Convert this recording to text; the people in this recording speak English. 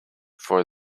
for